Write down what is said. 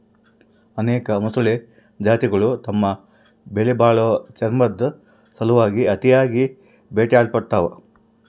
ಅನೇಕ ಮೊಸಳೆ ಜಾತಿಗುಳು ತಮ್ಮ ಬೆಲೆಬಾಳೋ ಚರ್ಮುದ್ ಸಲುವಾಗಿ ಅತಿಯಾಗಿ ಬೇಟೆಯಾಡಲ್ಪಡ್ತವ